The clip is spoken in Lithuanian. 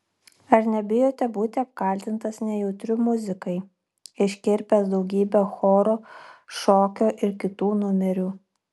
ar nebijote būti apkaltintas nejautriu muzikai iškirpęs daugybę choro šokio ir kitų numerių